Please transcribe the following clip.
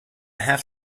have